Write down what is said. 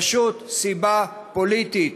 פשוט סיבה פוליטית.